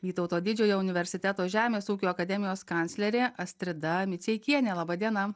vytauto didžiojo universiteto žemės ūkio akademijos kanclerė astrida miceikienė laba diena